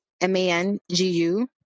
M-A-N-G-U